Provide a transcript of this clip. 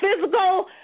physical